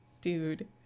Dude